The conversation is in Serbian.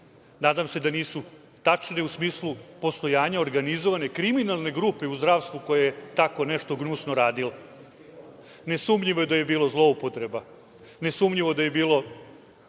nadam se da nisu tačne u smislu postojanja organizovane kriminalne grupe u zdravstvu koje je tako nešto gnusno radilo. Nesumnjivo je da je bilo zloupotreba, nesumnjivo da je bilo